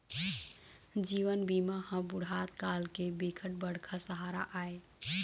जीवन बीमा ह बुढ़त काल के बिकट बड़का सहारा आय